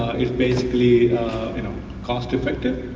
it's basically you know cost effective.